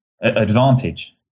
advantage